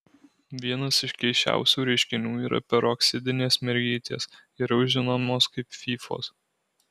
vienas iš keisčiausių reiškinių yra peroksidinės mergytės geriau žinomos kaip fyfos